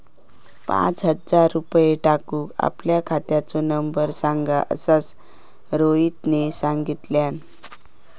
पाच हजार रुपये टाकूक आपल्या खात्याचो नंबर सांग असा रोहितने सांगितल्यान